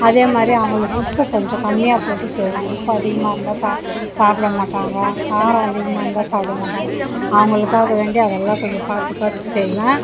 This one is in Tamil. அதே மாதிரி அவங்களுக்கு உப்பு கொஞ்சம் கம்மியாக போட்டு செய்யணும் உப்பு அதிகமாக இருந்தா சா சாப்பிடமாட்டாங்க காரம் அதிகமாக இருந்தா சாப்பிடமாட்டாங்க அவங்களுக்காக வேண்டி அதெல்லாம் கொஞ்சம் பார்த்து பார்த்து செய்வேன்